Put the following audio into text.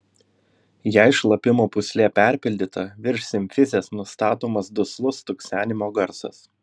jei šlapimo pūslė perpildyta virš simfizės nustatomas duslus stuksenimo garsas